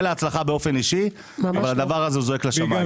באופן אישי אני מאחל לה הצלחה אבל הדבר הזה זועק לשמים.